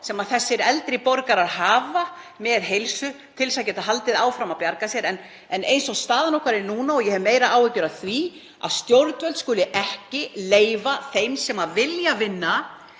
sem þessir eldri borgarar hafa heilsu til þess að halda áfram að bjarga sér. Eins og staðan er núna hef ég meiri áhyggjur af því að stjórnvöld skuli ekki gefa þeim sem vilja vinna